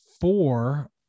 four